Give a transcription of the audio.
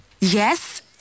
yes